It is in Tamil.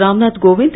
ராம்நாத் கோவிந்த்